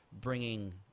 bringing